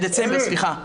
בדצמבר, סליחה.